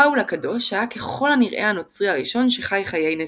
פאול הקדוש היה ככל הנראה הנוצרי הראשון שחי חיי נזירות.